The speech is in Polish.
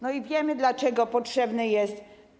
No i wiemy, dlaczego potrzebne jest.